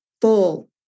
full